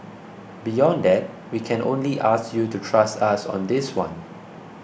beyond that we can only ask you to trust us on this one